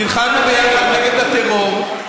נלחמנו ביחד נגד הטרור,